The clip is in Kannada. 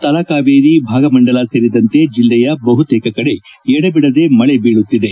ತಲಕಾವೇರಿ ಭಾಗಮಂಡಲ ಸೇರಿದಂತೆ ಜಿಲ್ಲೆಯ ಬಹುತೇಕ ಕಡೆ ಎಡಬಿಡದೆ ಮಳೆ ಬೀಳುತ್ತಿದೆ